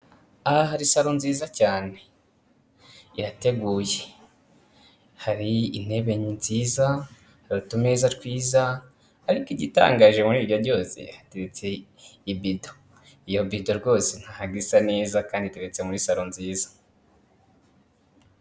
Aha hari salo nziza cyane. Irateguye hari intebe nziza, hari utumeza twiza, ariko igitangaje muri ibyo byose, hateretse ibido. Iyo bido rwose ntago isa neza kandi iteretse muri salo nziza.